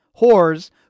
whores